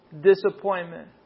Disappointment